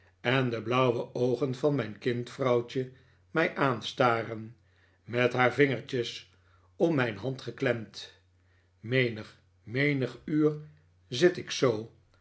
en de blauwe oogen van mijn kind vrouwtje mij aanstaren met haar vingertjes om mijn hand geklemd menig menig uur zit ik zoo